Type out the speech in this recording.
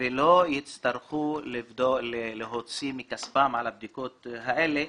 ולא יצטרכו להוציא מכספם על הבדיקות האלה,